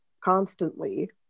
constantly